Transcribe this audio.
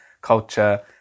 culture